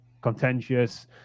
contentious